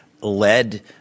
led